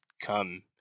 come